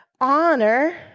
honor